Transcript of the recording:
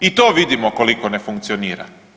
I to vidimo koliko ne funkcionira.